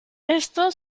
esto